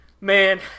man